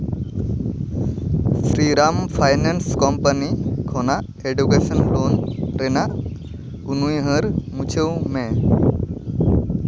Sriram finance company ᱠᱷᱚᱱᱟᱜ education loan ᱨᱮᱱᱟᱜ ᱩᱱᱩᱭᱟᱹᱦᱟᱹᱨ ᱢᱩᱪᱷᱟᱹᱣ ᱢᱮ